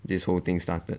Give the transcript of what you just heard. this whole thing started